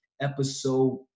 Episode